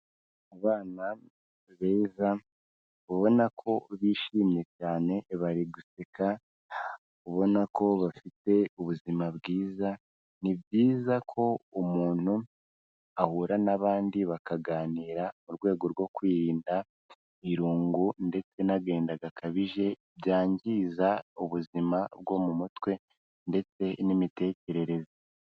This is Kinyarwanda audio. Abana beza ubona ko bishimye cyane bari guseka ubona ko bafite ubuzima bwiza ni byiza ko umuntu ahura n'abandi bakaganira mu rwego rwo kwirinda irungu ndetse n'agahinda gakabije byangiza ubuzima bwo mu mutwe ndetse n'imitekerereze.